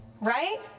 right